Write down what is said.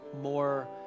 more